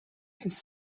his